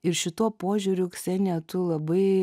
ir šituo požiūriu ksenija tu labai